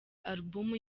album